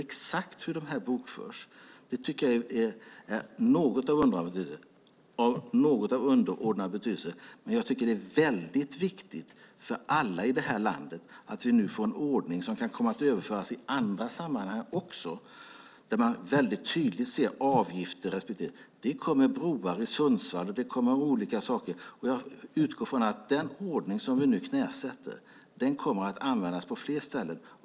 Exakt hur de bokförs tycker jag är av något underordnad betydelse. Men jag tycker att det är mycket viktigt för alla i detta land att vi nu får en ordning som kan komma att överföras till andra sammanhang också där man tydligt ser avgifter och annat. Det kommer att bli broar i Sundsvall och andra saker. Jag utgår från att den ordning som vi nu knäsätter kommer att användas på fler ställen.